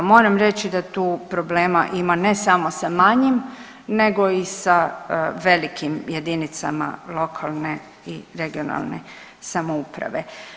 Moram reći da tu problema ima ne samo sa manjim nego i sa velikim jedinicama lokalne i regionalne samouprave.